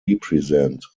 represent